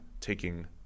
taking